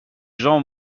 jean